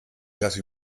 lasse